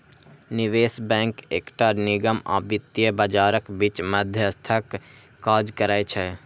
निवेश बैंक एकटा निगम आ वित्तीय बाजारक बीच मध्यस्थक काज करै छै